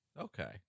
Okay